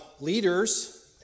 leaders